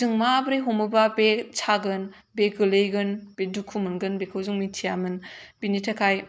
जों माबोरै हमोब्ला बे सागोन बे गोलैगोन बे दुखुमोनगोन बेखौ जों मिथियामोन बेनि थाखाय